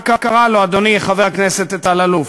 מה קרה לו, אדוני, חבר הכנסת אלאלוף?